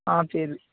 ہاں پھر